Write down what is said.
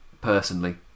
Personally